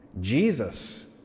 Jesus